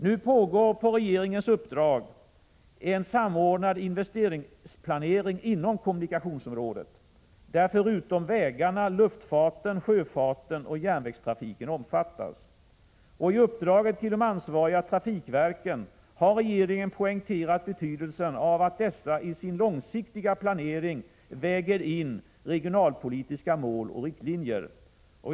Nu pågår på regeringens uppdrag en samordnad investeringsplanering inom kommunikationsområdet. Den omfattar, förutom vägarna, luftfarten, sjöfarten och järnvägstrafiken. I uppdraget till de ansvariga trafikverken har regeringen poängterat betydelsen av att dessa i sin långsiktiga planering väger in regionalpolitiska mål och riktlinjer.